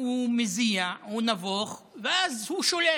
הוא מזיע, הוא נבוך, ואז הוא שולף.